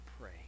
pray